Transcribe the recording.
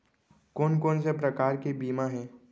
कोन कोन से प्रकार के बीमा हे?